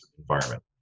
environment